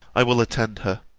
i will attend her.